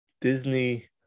Disney